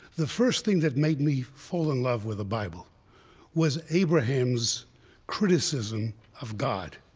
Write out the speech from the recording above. the first thing that made me fall in love with the bible was abraham's criticism of god.